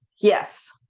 yes